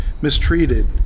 mistreated